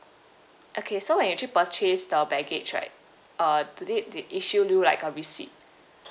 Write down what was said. okay so when you actually purchase the baggage right uh do they they issue you like a receipt